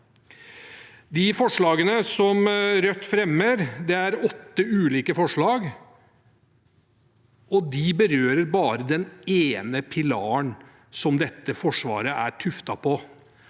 De forslagene som Rødt fremmer, åtte ulike forslag, berører bare den ene pilaren som dette forsvaret er tuftet på.